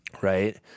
right